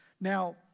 Now